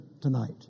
tonight